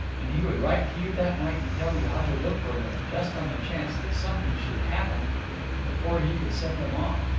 and he would write to you that night and tell you how to look for them, just on the chance that something should happen before he could send them off.